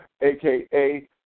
aka